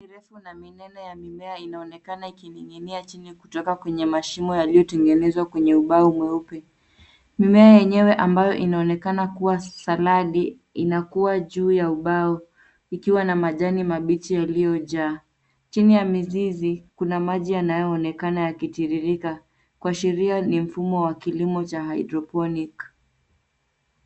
Kinefu na minene ya mimea inaonekana ikining'inia chini kutoka kwenye mashimo yaliyotengenezwa kwenye ubao mweupe. Mimea yenyewe, ambayo inaonekana kuwa saladi, inakua juu ya ubao, ikiwa na majani mabichi yaliyojaa, chini ya mizizi kuna maji yanayoonekana yakitiririka, kuashiria ni mfumo wa kilimo cha (cs)hydroponic(cs).